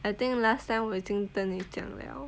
I think last time 我已经跟你讲 liao